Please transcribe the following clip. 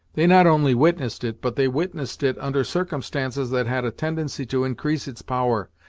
they not only witnessed it, but they witnessed it under circumstances that had a tendency to increase its power,